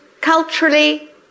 culturally